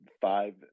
five